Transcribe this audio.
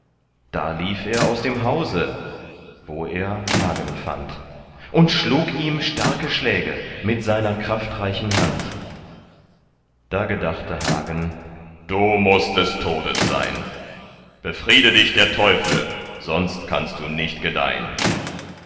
da lief er aus dem hause wo er hagen fand und schlug ihm starke schläge mit seiner kraftreichen hand da gedachte hagen du mußt des todes sein befriede dich der teufel sonst kannst du nicht gedeihn